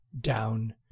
down